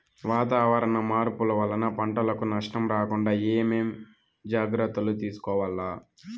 వాతావరణ మార్పులు వలన పంటలకు నష్టం రాకుండా ఏమేం జాగ్రత్తలు తీసుకోవల్ల?